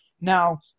Now